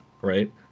right